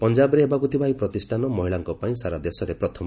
ପଞ୍ଜାବରେ ହେବାକୁ ଥିବା ଏହି ପ୍ରତିଷ୍ଠାନ ମହିଳାଙ୍କ ପାଇଁ ସାରା ଦେଶରେ ପ୍ରଥମ